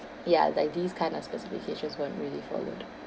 ya like these kind of specifications weren't really followed